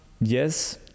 Yes